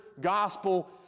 gospel